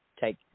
take